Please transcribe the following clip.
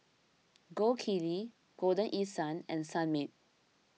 Gold Kili Golden East Sun and Sunmaid